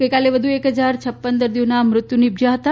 ગઇકાલે વધુ એક ફજાર પડ દર્દીઓના મૃત્યુ નીપ યા હતા